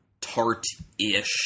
tart-ish